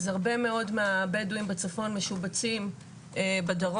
אז הרבה מאוד מהבדואים בצפון משובצים בדרום.